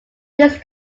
these